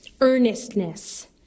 earnestness